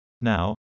Now